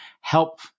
help